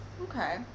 Okay